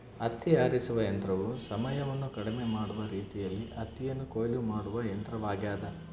ಹತ್ತಿ ಆರಿಸುವ ಯಂತ್ರವು ಸಮಯವನ್ನು ಕಡಿಮೆ ಮಾಡುವ ರೀತಿಯಲ್ಲಿ ಹತ್ತಿಯನ್ನು ಕೊಯ್ಲು ಮಾಡುವ ಯಂತ್ರವಾಗ್ಯದ